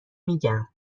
میگم